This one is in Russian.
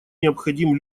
необходим